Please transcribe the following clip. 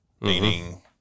meaning